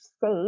safe